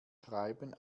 schreiben